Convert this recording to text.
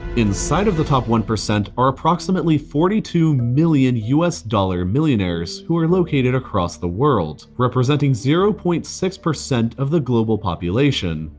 inside of the top one percent are approximately forty two million u s dollar millionaires, who are located across the world, representing zero point six of the global population.